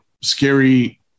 scary